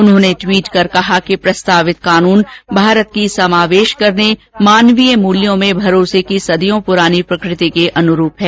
उन्होंने टवीट कर कहा कि प्रस्तावित कानून भारत की समावेश करने और मानवीय मूल्यों में भरोसे की सदियों पुरानी प्रकृति के अनुरुप है